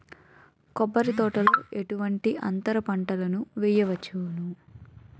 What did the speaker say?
కొబ్బరి తోటలో ఎటువంటి అంతర పంటలు వేయవచ్చును?